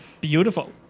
Beautiful